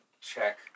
check